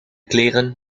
kleren